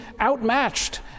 outmatched